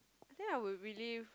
I think I would really